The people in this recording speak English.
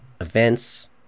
events